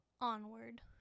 Onward